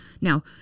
Now